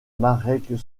marek